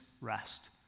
rest